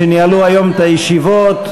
שניהלו היום את הישיבות,